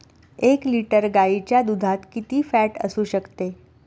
एक लिटर गाईच्या दुधात किती फॅट असू शकते?